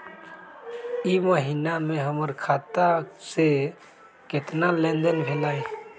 ई महीना में हमर खाता से केतना लेनदेन भेलइ?